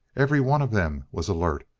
every one of them was alert,